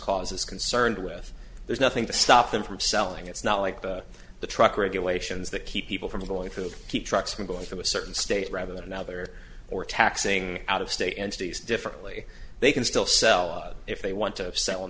is concerned with there's nothing to stop them from selling it's not like the truck regulations that keep people from going to keep trucks from going from a certain state rather than another or taxing out of state entities differently they can still sell if they want to s